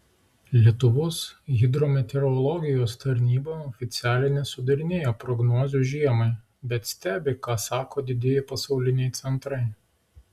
lietuvos hidrometeorologijos tarnyba oficialiai nesudarinėja prognozių žiemai bet stebi ką sako didieji pasauliniai centrai